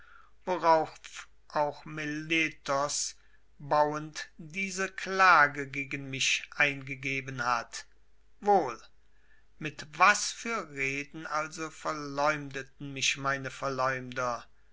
worauf auch meletos bauend diese klage gegen mich eingegeben hat wohl mit was für reden also verleumdeten mich meine verleumder